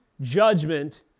judgment